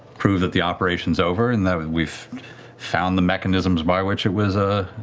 prove that the operation's over and that we've found the mechanisms by which it was ah